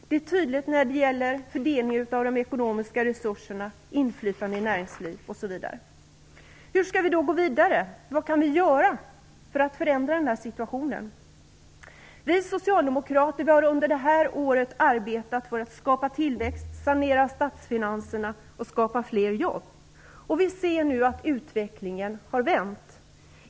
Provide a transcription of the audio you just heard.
Det är tydligt när det gäller fördelning av de ekonomiska resurserna, inflytandet i näringslivet, osv. Hur skall vi då gå vidare? Vad kan vi göra för att förändra denna situation? Vi socialdemokrater har under detta år arbetat för att skapa tillväxt, sanera statsfinanserna och skapa fler jobb. Vi ser nu att utvecklingen har vänt.